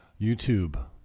youtube